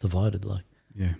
divided like yeah